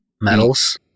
medals